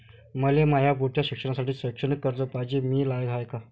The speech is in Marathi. मले माया पुढच्या शिक्षणासाठी शैक्षणिक कर्ज पायजे, मी लायक हाय का?